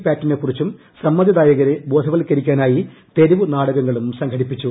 പാറ്റിനെക്കുറിച്ചും സമ്മതിദായകരെ ബോധവത്ക്കരിക്കാനായി തെരുവു നാടകങ്ങളും സംഘടിപ്പിച്ചു